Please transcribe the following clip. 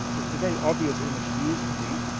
which is a very obvious image to use for me.